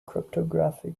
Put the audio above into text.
cryptography